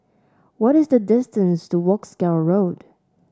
what is the distance to Wolskel Road